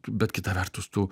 bet kita vertus tu